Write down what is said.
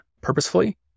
purposefully